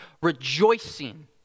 rejoicing